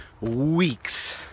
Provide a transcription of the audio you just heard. weeks